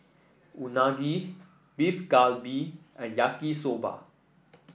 Unagi Beef Galbi and Yaki Soba